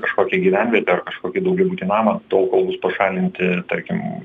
kažkokią gyvenvietę ar kažkokį daugiabutį namą tol kol bus pašalinti tarkim